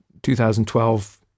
2012